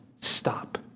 stop